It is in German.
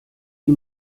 die